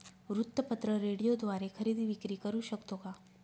वृत्तपत्र, रेडिओद्वारे खरेदी विक्री करु शकतो का?